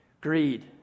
Greed